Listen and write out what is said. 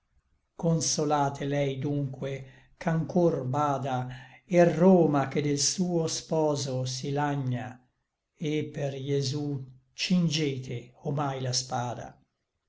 consolate lei dunque ch'anchor bada et roma che del suo sposo si lagna et per jesú cingete ormai la spada